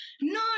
no